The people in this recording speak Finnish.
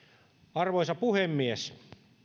arvoisa puhemies